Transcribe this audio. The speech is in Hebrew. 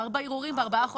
ארבעה ערעורים בארבעה חודשים.